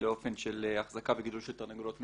לאופן אחזקה וגידול של תרנגולות מטילות.